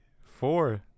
four